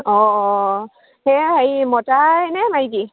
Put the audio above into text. অঁ অঁ সেইয়া হেৰি মতাইনে মাইকী